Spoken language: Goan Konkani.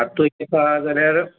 आतां तूं येता जाल्यार